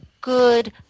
good